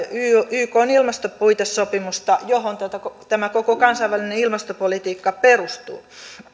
ykn ilmastopuitesopimusta johon tämä koko kansainvälinen ilmastopolitiikka perustuu